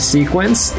Sequence